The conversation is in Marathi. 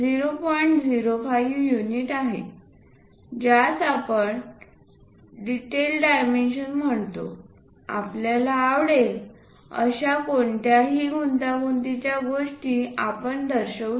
05 युनिट आहे ज्यास आपण डिटेल डायमेन्शन म्हणतो आपल्याला आवडेल अशा कोणत्याही गुंतागुंतीच्या गोष्टी आपण दर्शवू शकतो